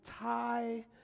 tie